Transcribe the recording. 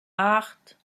acht